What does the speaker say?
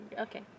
Okay